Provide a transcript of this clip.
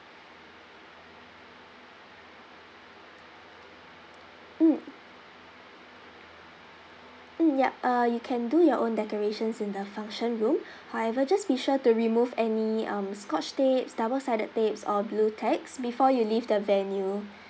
mm mm yup uh you can do your own decorations in the function room however just be sure to remove any um scotch tapes double sided tapes or blu tacks before you leave the venue